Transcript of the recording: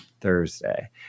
Thursday